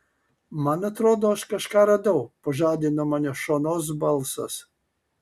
man atrodo aš kažką radau pažadino mane šonos balsas